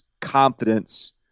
confidence